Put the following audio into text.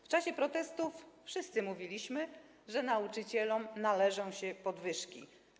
W czasie protestów wszyscy mówiliśmy, że nauczycielom należą się podwyżki.